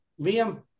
Liam